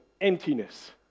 emptiness